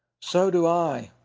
so do i.